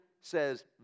says